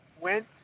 went